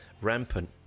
Rampant